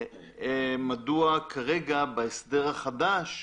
מדוע כרגע, בהסדר החדש,